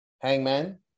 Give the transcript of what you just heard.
Hangman